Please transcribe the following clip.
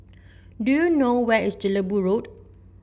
do you know where is Jelebu Road